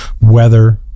Weather